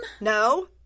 No